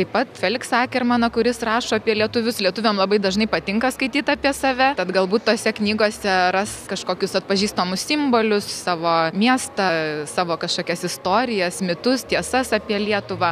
taip pat feliksą akermaną kuris rašo apie lietuvius lietuviam labai dažnai patinka skaityt apie save tad galbūt tose knygose ras kažkokius atpažįstamus simbolius savo miestą savo kažkokias istorijas mitus tiesas apie lietuvą